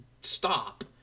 stop